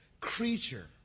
creature